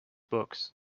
books